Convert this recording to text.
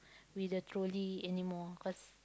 with the trolley anymore cause